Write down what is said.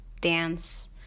dance